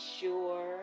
sure